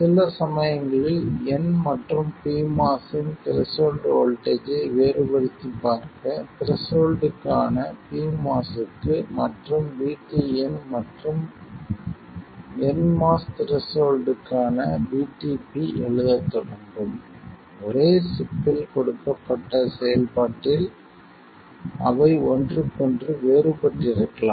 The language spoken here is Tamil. சில சமயங்களில் n மற்றும் pMOS இன் த்ரெஷோல்ட் வோல்ட்டேஜ் ஐ வேறுபடுத்திப் பார்க்க த்ரெஷோல்டுக்கான pMOS க்கு மற்றும் VTN மற்றும் nMOS த்ரெஷோல்டுக்கான VTP எழுதத் தொடங்கும் ஒரே சிப்பில் கொடுக்கப்பட்ட செயல்பாட்டில் அவை ஒன்றுக்கொன்று வேறுபட்டிருக்கலாம்